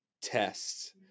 tests